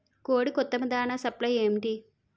కోడికి ఉత్తమ దాణ సప్లై ఏమిటి?